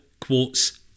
quotes